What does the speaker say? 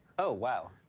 oh, wow.